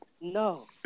no